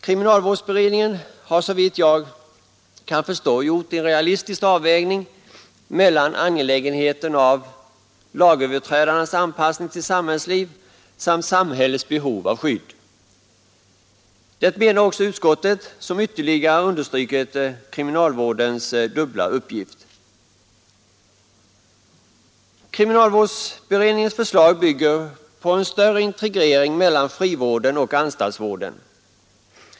Kriminalvårdsberedningen har såvitt jag kan förstå gjort en realistisk avvägning mellan angelägenheten av lagöverträdarnas anpassning till samhällsliv samt samhällets behov av skydd. Det menar också utskottet, som ytterligare understrukit kriminalvårdens dubbla uppgift. Kriminalvårdsberedningens förslag bygger på en större integrering mellan frivården och anstaltsvården.